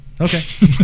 Okay